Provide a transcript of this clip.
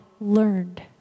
learned